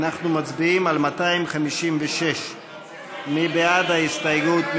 אנחנו מצביעים על 256. מי בעד ההסתייגות?